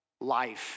life